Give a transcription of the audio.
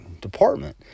department